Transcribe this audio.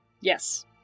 Yes